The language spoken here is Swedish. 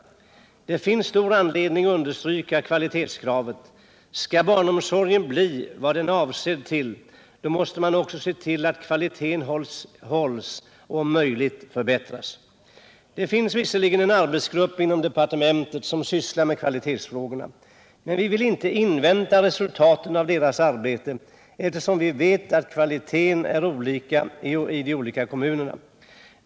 Det finns stor anledning att understryka kvalitetskravet. Skall barnomsorgen bli vad den är avsedd att vara, då måste man också se till att kvaliteten hålls och, om möjligt, förbättras. Det finns visserligen en arbetsgrupp inom departementet som sysslar med kvalitetsfrågorna, men vi vill inte invänta resultatet av detta arbete eftersom vi vet att kvaliteten är olika i olika kommuner.